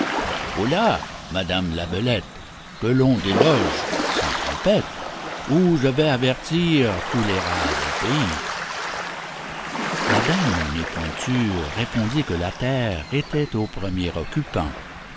holà madame la belette que l'on déloge sans trompette ou je vais avertir tous les rats du pays la dame au nez pointu répondit que la terre était au premier occupant